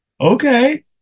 okay